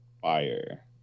Fire